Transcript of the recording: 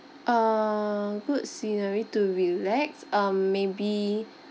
err good scenery to relax um maybe